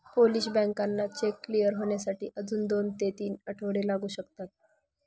Polish बँकांना cheque clear होण्यासाठी अजून दोन ते तीन आठवडे लागू शकतात